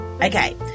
Okay